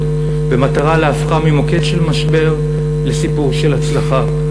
במטרה להופכה ממוקד של משבר לסיפור של הצלחה.